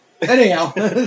Anyhow